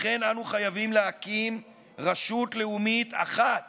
לכן, אנו חייבים להקים רשות לאומית אחת